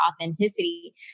authenticity